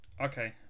okay